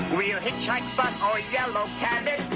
we'll hitchhike, bus, or yellow cab it.